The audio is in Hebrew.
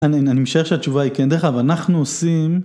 אני משער שהתשובה היא כן. דרך אגב, אנחנו עושים...